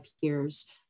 peers